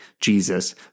Jesus